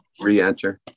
Re-enter